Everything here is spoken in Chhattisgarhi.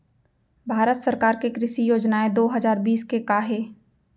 भारत सरकार के कृषि योजनाएं दो हजार बीस के का हे?